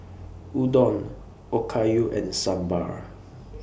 Udon Okayu and Sambar